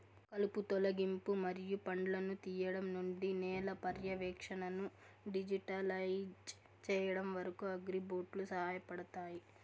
కలుపు తొలగింపు మరియు పండ్లను తీయడం నుండి నేల పర్యవేక్షణను డిజిటలైజ్ చేయడం వరకు, అగ్రిబోట్లు సహాయపడతాయి